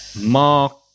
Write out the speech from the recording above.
Mark